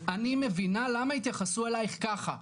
אני מבינה למה התייחסו אליך ככה,